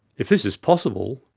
if this is possible,